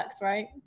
right